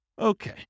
Okay